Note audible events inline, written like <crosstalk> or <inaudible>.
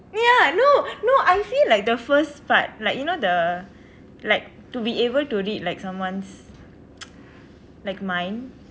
ya no no I feel like the first part like you know the like to be able to read like someone's <noise> like mind